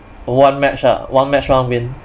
one match ah one match one win